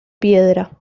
piedra